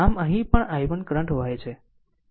આમ અહીં પણ i1 કરંટ વહે છે